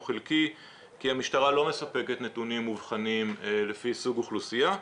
הוא חלקי כי המשטרה לא מספקת נתונים מובחנים לפי סוג אוכלוסייה.